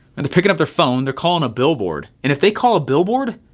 and picking up their phone, they're calling a billboard. and if they call a billboard,